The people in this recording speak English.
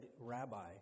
rabbi